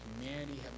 humanity